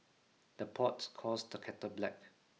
the pot calls the kettle black